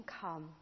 come